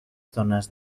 zonas